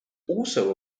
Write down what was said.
also